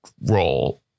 role